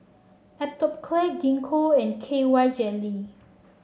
Atopiclair Gingko and K Y Jelly